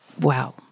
wow